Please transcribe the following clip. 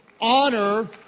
Honor